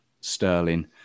Sterling